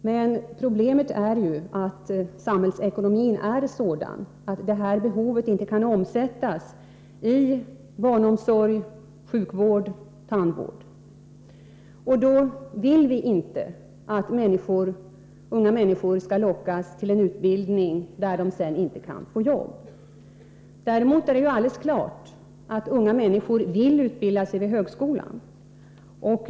Men problemet är ju att samhällsekonomin är sådan att behovet inte kan omsättas i barnomsorg, sjukvård och tandvård. Då vill vi inte att unga människor skall lockas att utbilda sig för en verksamhet där de sedan inte kan få jobb. Däremot är det alldeles klart att unga människor vill utbilda sig vid högskolan.